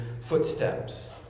footsteps